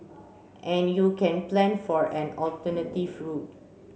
and you can plan for an alternative route